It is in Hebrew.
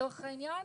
לצורך העניין,